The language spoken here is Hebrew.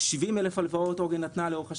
70,000 הלוואות עוגן נתנה לאורך השנים.